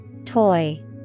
Toy